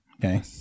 Okay